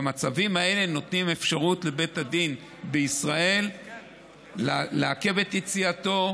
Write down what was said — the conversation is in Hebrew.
במצבים האלה נותנים אפשרות לבית הדין בישראל לעכב את יציאתו,